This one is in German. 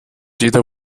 jeder